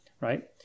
right